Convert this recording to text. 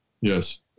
Yes